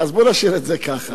אז בוא נשאיר את זה ככה.